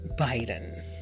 Biden